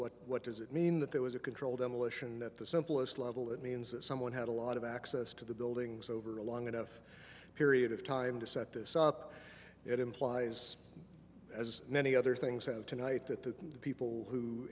what what does it mean that there was a controlled demolition at the simplest level it means that someone had a lot of access to the buildings over a long enough period of time to set this up it implies as many other things have tonight that the people who